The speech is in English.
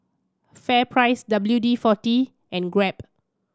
FairPrice W D Forty and Grab